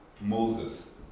Moses